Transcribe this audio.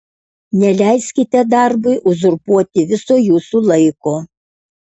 neleiskite darbui uzurpuoti viso jūsų laiko